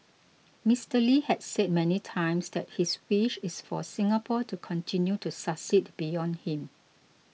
Mister Lee had said many times that his wish is for Singapore to continue to succeed beyond him